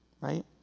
Right